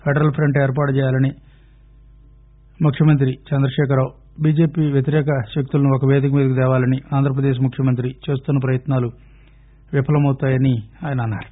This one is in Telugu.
ఫెడరల్ ఫ్రంట్ ఏర్పాటు చేయాలని ముఖ్యమంత్రి చంద్రశేఖర్ రావు బిజెపి వ్యతిరేక శక్తులను ఒక పేదిక మీదకు తేవాలని ఆంధ్రప్రదేశ్ ముఖ్యమంత్రి చేస్తున్న ప్రయత్నాలు విఫలమవుతాయని ఆయన అన్నారు